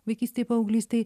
vaikystėj paauglystėj